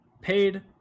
paid